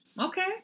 okay